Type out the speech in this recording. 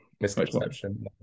Misconception